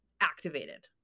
activated